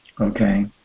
Okay